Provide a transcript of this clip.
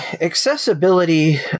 accessibility